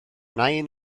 nain